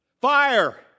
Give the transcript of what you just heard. Fire